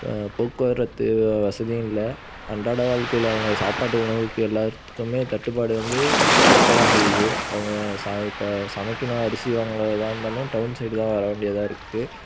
போக்குவரத்து வசதியும் இல்லை அன்றாட வாழ்க்கையில் அவங்க சாப்பாட்டு உணவுக்கு எல்லாத்துக்குமே தட்டுப்பாடு வந்து இருக்கதான் செய்யுது அவங்க ச இப்போ சமைக்கணும் அரிசி வாங்க எதாக இருந்தாலும் டவுன் சைடு தான் வர வேண்டியதாக இருக்குது